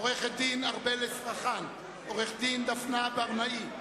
עורכת-דין ארבל אסטרחן, עורכת-דין דפנה ברנאי,